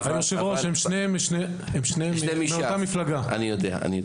כן, שניהם מש"ס, אני יודע.